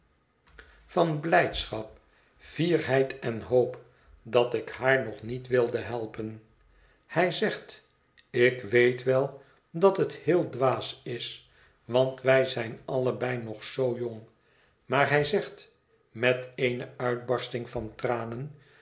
van blijdschap lierheid en hoop dat ik haar nog niet wilde helpen hij zegt ik weet wel dat het heel dwaas is want wij zijn allebei nog zoo jong maar hij zegt met eene uitbarsting van tranen